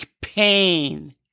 pain